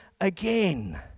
again